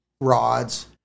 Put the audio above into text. rods